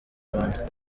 rwanda